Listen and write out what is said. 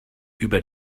über